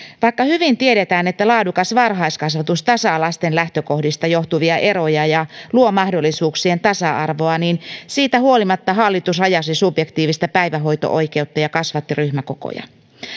vaikka hyvin tiedetään että laadukas varhaiskasvatus tasaa lasten lähtökohdista johtuvia eroja ja luo mahdollisuuksien tasa arvoa niin siitä huolimatta hallitus rajasi subjektiivista päivähoito oikeutta ja kasvatti ryhmäkokoja